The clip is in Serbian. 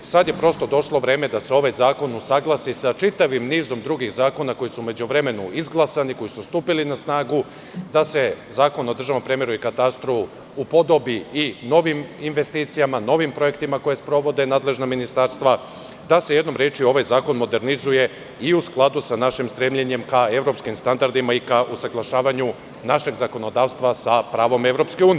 Sada je prosto došlo vreme da se ovaj zakon usaglasi sa čitavim nizom drugih zakona koji su u međuvremenu izglasani, koji su stupili na snagu, da se Zakon o državnom premeru i katastru upodobi i novim investicijama, novim projektima koje sprovode nadležna ministarstva, da se jednom rečju ovaj zakon modernizuje i u skladu sa našim stremljenjem ka evropskim standardima i ka usaglašavanju našeg zakonodavstva sa pravom EU.